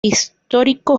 histórico